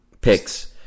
picks